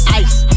ice